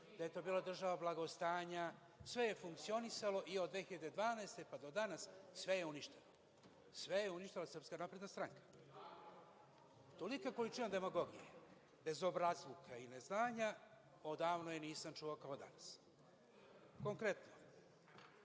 da je to bila država blagostanja, sve je funkcionisalo i od 2012. godine pa do danas – sve je uništeno. Sve je uništila Srpska napredna stranka. Tolika količina demagogije, bezobrazluka i neznanja – odavno je nisam čuo, kao danas. Konkretno,